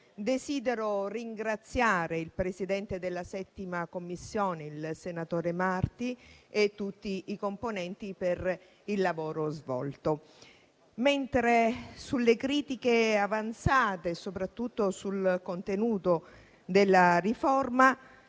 desidero ringraziare il presidente della 7ª Commissione, senatore Marti, e tutti i componenti per il lavoro svolto. Sulle critiche avanzate e soprattutto sul contenuto della riforma